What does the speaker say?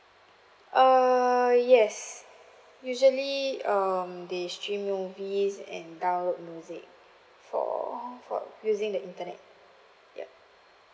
err yes usually um they stream movies and download music for for using the internet yup